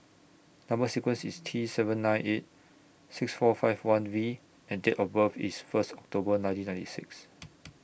Number sequence IS T seven nine eight six four five one V and Date of birth IS First October nineteen ninety six